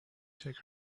take